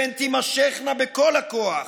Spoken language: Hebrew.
והן תימשכנה בכל הכוח,